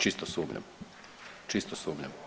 Čisto sumnjam, čisto sumnjam.